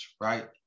right